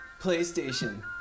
PlayStation